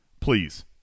Please